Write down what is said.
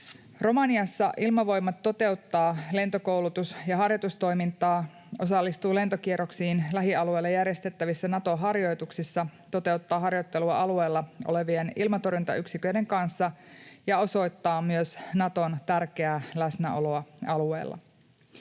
Romaniassa Ilmavoimat toteuttaa lentokoulutus‑ ja harjoitustoimintaa, osallistuu lentokierroksiin lähialueella järjestettävissä Naton harjoituksissa, toteuttaa harjoittelua alueella olevien ilmatorjuntayksiköiden kanssa ja osoittaa myös Naton tärkeää läsnäoloa alueella.